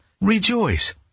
Rejoice